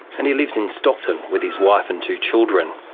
and he lives in stockton with his wife and two children.